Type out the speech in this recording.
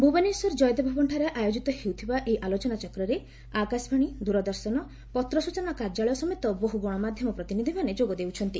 ଭୁବନେଶ୍ୱର ଜୟଦେବ ଭବନଠାରେ ଅୟୋଜିତ ହେଉଥିବା ଏହି ଆଲୋଚନାଚକ୍ରରେ ଆକାଶବାଶୀ ଦୂରଦର୍ଶନ ପତ୍ରସୂଚନା କାର୍ଯ୍ୟାଳୟ ସମେତ ବହୁ ଗଣମାଧ୍ଧମ ପ୍ରତିନିଧିମାନେ ଯୋଗ ଦେଉଛନ୍ତି